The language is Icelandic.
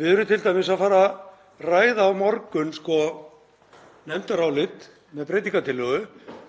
Við erum t.d. að fara að ræða á morgun nefndarálit með breytingartillögu